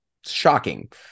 shocking